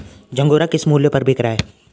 झंगोरा किस मूल्य पर बिक रहा है?